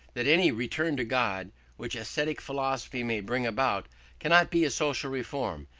that any return to god which ascetic philosophy may bring about cannot be a social reform,